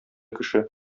кеше